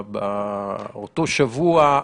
באותו שבוע,